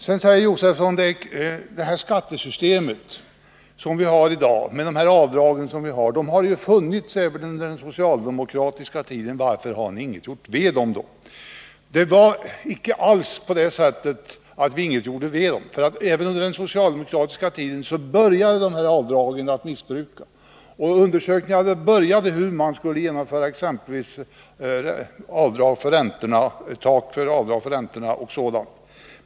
Sedan säger herr Josefson att det skattesystem och det avdragssystem vi har i dag även funnits under den socialdemokratiska tiden. Varför, frågar han, har ni inte gjort något åt avdragen? Det är inte så att vi inte gjort någoting åt dem. Under den socialdemokratiska tiden började dessa avdrag missbrukas. Vi hade börjat göra undersökningar av hur man exempelvis skulle åstadkomma ett tak för ränteavdrag osv.